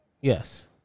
Yes